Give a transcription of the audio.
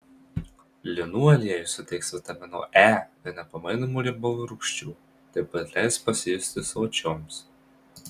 linų aliejus suteiks vitamino e ir nepamainomų riebalų rūgščių taip pat leis pasijusti sočioms